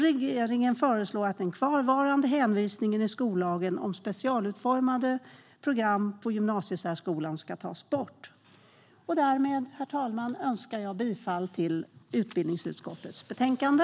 Regeringen föreslår att den kvarvarande hänvisningen i skollagen om specialutformade program i gymnasiesärskolan tas bort. Därmed yrkar jag bifall till förslaget i utbildningsutskottets betänkande.